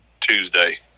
Tuesday